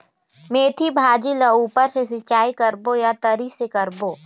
मेंथी भाजी ला ऊपर से सिचाई करबो या तरी से करबो?